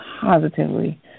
positively